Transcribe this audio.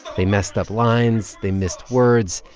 they messed up lines. they missed words.